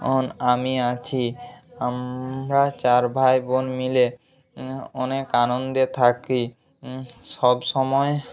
আমি আছি আমরা চার ভাইবোন মিলে অনেক আনন্দে থাকি সবসময়